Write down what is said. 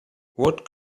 what